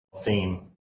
theme